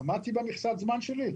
עמדתי במכסת הזמן שלי?